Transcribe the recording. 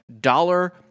dollar